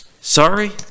Sorry